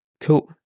cool